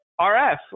RF